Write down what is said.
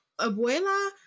Abuela